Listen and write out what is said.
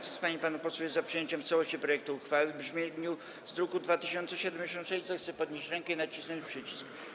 Kto z pań i panów posłów jest za przyjęciem w całości projektu uchwały w brzmieniu z druku nr 2076, zechce podnieść rękę i nacisnąć przycisk.